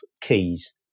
keys